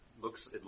looks